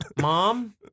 Mom